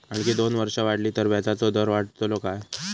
आणखी दोन वर्षा वाढली तर व्याजाचो दर वाढतलो काय?